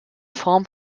form